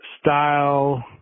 style